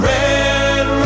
Red